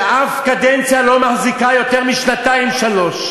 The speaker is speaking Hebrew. שאף קדנציה לא מחזיקה יותר משנתיים-שלוש,